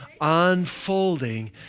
unfolding